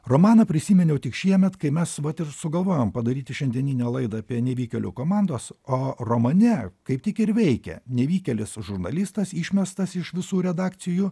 romaną prisiminiau tik šiemet kai mes vat ir sugalvojom padaryti šiandieninę laidą apie nevykėlių komandos o romane kaip tik ir veikia nevykėlis žurnalistas išmestas iš visų redakcijų